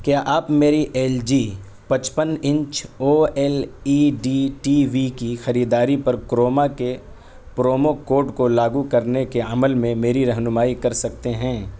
کیا آپ میری ایل جی پچپن inch O L E D T V کی خریداری پر کروما کے پرومو کوڈ کو لاگو کرنے کے عمل میں میری رہنمائی کر سکتے ہیں